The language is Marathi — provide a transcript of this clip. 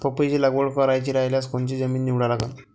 पपईची लागवड करायची रायल्यास कोनची जमीन निवडा लागन?